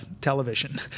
television